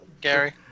Gary